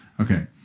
Okay